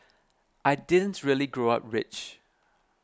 I didn't really grow up rich